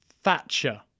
Thatcher